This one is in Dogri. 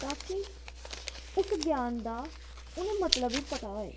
ता की उस ज्ञान दा ओह् जेह्ड़ा मतलब होऐ